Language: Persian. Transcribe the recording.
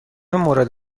مورد